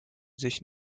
sich